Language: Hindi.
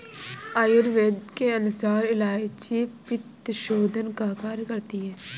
आयुर्वेद के अनुसार इलायची पित्तशोधन का कार्य करती है